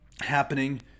happening